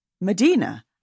Medina